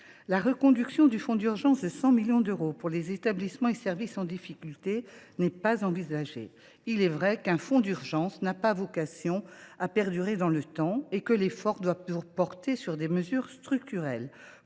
La reconduction du fonds d’urgence de 100 millions d’euros pour les établissements et services en difficulté n’est pas envisagée. Il est vrai qu’un fonds d’urgence n’a pas vocation à perdurer et que l’effort doit porter sur des mesures structurelles.